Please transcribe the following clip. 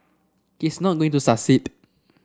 he is not going to succeed